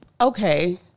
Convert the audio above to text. Okay